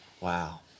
Wow